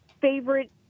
favorite